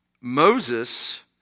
Moses